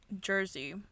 Jersey